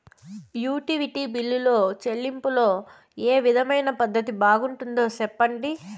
Utility బిల్లులో చెల్లింపులో ఏ విధమైన పద్దతి బాగుంటుందో సెప్పండి?